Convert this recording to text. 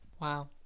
Wow